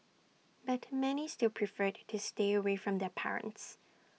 but many still preferred to stay away from their parents